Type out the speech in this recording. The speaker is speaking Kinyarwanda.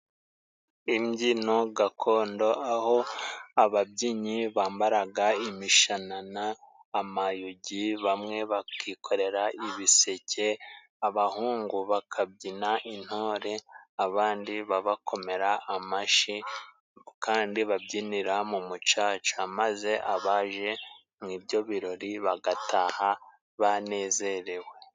Imbyino gakondo aho ababyinyi bambaraga imishanana, amayugi, bamwe bakikorera ibiseke, abahungu bakabyina intore, abandi babakomera amashi kandi babyinira mu mucaca, maze abaje mu ibyo birori bagataha banezerewe.